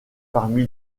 parmi